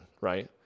right